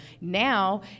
now